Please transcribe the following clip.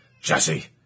Jesse